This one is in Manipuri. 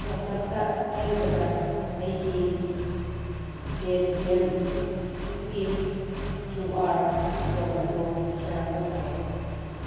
ꯋꯥꯠꯆꯞꯇ ꯍꯦꯟꯕꯗ ꯑꯩꯒꯤ ꯄꯦ ꯇꯤ ꯑꯦꯝꯒꯤ ꯀ꯭ꯌꯨ ꯑꯥꯔ ꯀꯣꯗ ꯑꯗꯣ ꯁꯤꯌꯥꯔ ꯇꯧꯈꯣ